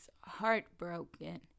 heartbroken